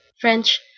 French